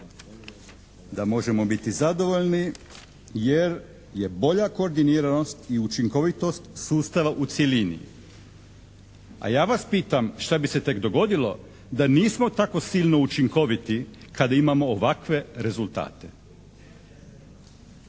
da možemo biti zadovoljni jer je bolja koordiniranost i učinkovitost sustava u cjelini, a ja vas pitam šta bi se tek dogodilo da nismo tako silno učinkoviti kada imamo ovakve rezultate?